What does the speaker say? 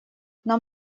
нам